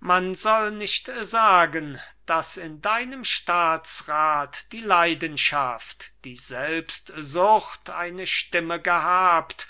man soll nicht sagen daß in deinem staatsrat die leidenschaft die selbstsucht eine stimme gehabt